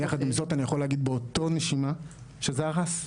יחד עם זאת אני יכול להגיד באותה נשימה שזה הרס.